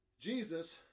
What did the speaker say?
Jesus